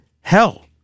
hell